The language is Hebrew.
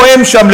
מי נואם שם,